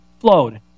flowed